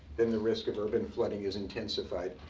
then the risk of urban flooding is intensified.